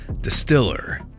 distiller